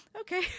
Okay